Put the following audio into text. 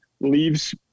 leaves